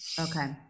Okay